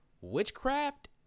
witchcraft